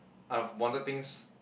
I've wanted things